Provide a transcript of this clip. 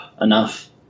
enough